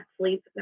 sleep